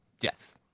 yes